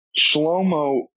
Shlomo